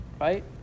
right